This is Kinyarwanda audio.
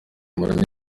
mporanyi